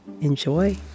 enjoy